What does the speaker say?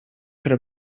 could